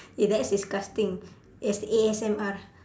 eh that is disgusting A S A_S_M_R